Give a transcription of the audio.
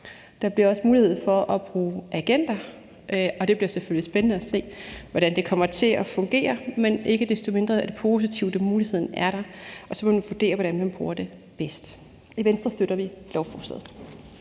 Der bliver også mulighed for at bruge agenter, og det bliver selvfølgelig spændende at se, hvordan det kommer til at fungere, men ikke desto mindre er det positivt, at muligheden er der, og så må vi vurdere, hvordan man bruger det bedst. I Venstre støtter vi lovforslaget.